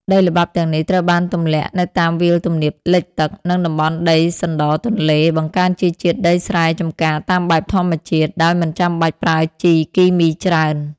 ដីល្បាប់ទាំងនេះត្រូវបានទម្លាក់នៅតាមវាលទំនាបលិចទឹក និងតំបន់ដីសណ្ដរទន្លេ បង្កើនជីជាតិដីស្រែចម្ការតាមបែបធម្មជាតិ ដោយមិនចាំបាច់ប្រើជីគីមីច្រើន។